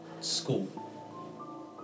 school